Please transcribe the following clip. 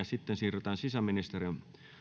sitten siirrytään sisäministeriön